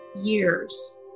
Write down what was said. years